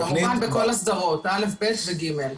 כמובן בכל הסדרות, א', ב' ו-ג'.